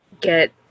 get